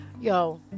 Yo